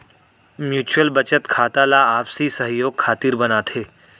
mutual बचत खाता ला आपसी सहयोग खातिर बनाथे